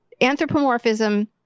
anthropomorphism